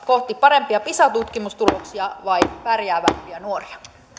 kohti parempia pisa tutkimustuloksia vai pärjäävämpiä nuoria